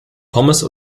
pommes